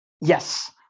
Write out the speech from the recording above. Yes